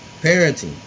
Parenting